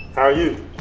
are you?